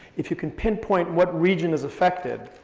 if you can pinpoint what region is affected,